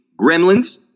Gremlins